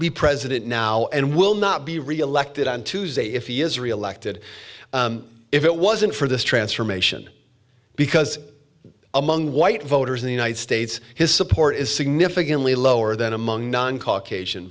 be president now and will not be reelected on tuesday if he is reelected if it wasn't for this transformation because among white voters in the united states his support is significantly lower than among non caucasian